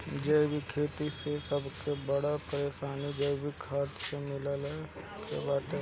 जैविक खेती के सबसे बड़ परेशानी जैविक खाद के मिलला के बाटे